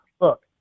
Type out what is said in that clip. look